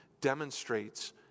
demonstrates